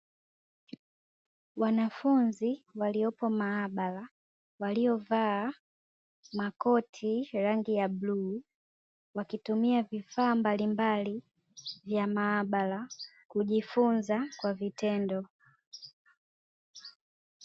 Wanafunzi waliopo maabara waliovaa makoti ya rangi ya bluu wakitumia vifaa mbalimbali vya maabara kujifunza kwa vitendo.